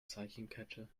zeichenkette